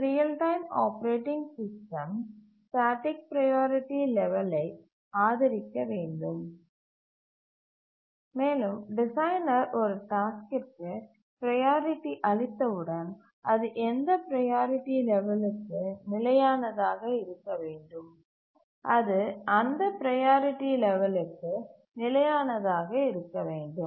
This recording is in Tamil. ஒரு real time operating system static priority லெவலை ஆதரிக்க வேண்டும் மேலும் டிசைனர் ஒரு டாஸ்க்கிற்கு ப்ரையாரிட்டி அளித்தவுடன் அது அந்த ப்ரையாரிட்டி லெவலுக்கு நிலையானதாக இருக்க வேண்டும்